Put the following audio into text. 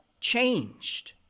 changed